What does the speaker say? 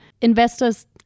investors